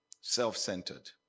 self-centered